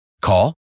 Call